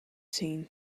seen